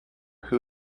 who